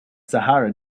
sahara